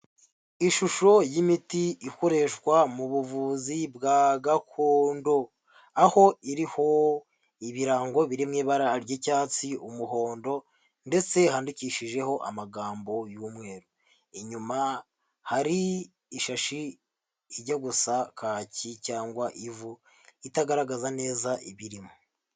Ishusho y'imiti ikoreshwa mu buvuzi bwa gakondo, aho iriho ibirango biri mu ibara ry'icyatsi, umuhondo ndetse handikishijeho amagambo y'umweru, inyuma hari ishashi ijya gusa kaki cyangwa ivu itagaragaza neza ibirimo.